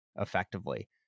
effectively